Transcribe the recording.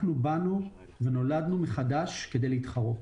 אנחנו באנו ונולדנו מחדש כדי להתחרות.